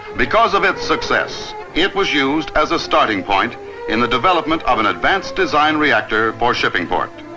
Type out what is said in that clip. because of its success it was used as a starting point in the development of an advanced design reactor for shipping port.